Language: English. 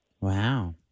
wow